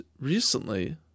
recently